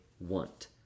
want